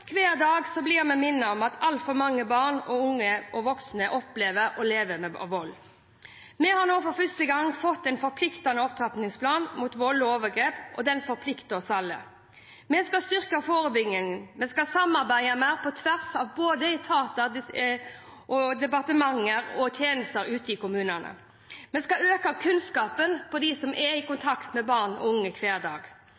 Hver dag blir vi minnet om at altfor mange barn, unge og voksne opplever og lever med vold. Vi har nå for første gang fått en forpliktende opptrappingsplan mot vold og overgrep, og den forplikter oss alle. Vi skal styrke forebyggingen, og vi skal samarbeide mer på tvers av både etater, departementer og tjenester ute i kommunene. Vi skal øke kunnskapen blant dem som er i kontakt med barn og unge hver dag. De som er